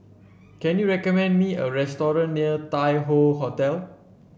can you recommend me a restaurant near Tai Hoe Hotel